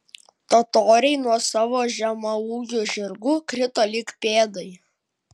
totoriai nuo savo žemaūgių žirgų krito lyg pėdai